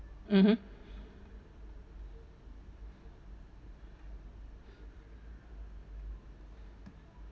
mm mm